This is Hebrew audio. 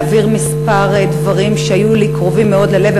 להעביר כמה דברים שהיו לי קרובים מאוד ללב,